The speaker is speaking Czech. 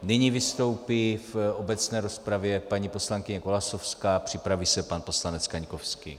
Nyní vystoupí v obecné rozpravě paní poslankyně Golasowská, připraví se pan poslanec Kaňkovský.